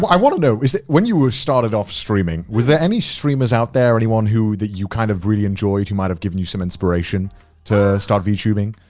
but i want to know is it. when you were started off streaming, was there any streamers out there, anyone who, that you kind of really enjoyed who might've given you some inspiration to start vtubing?